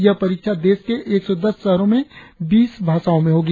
यह परीक्षा देश के एक सौ दस शहरो में बीस भाषाओ में होगी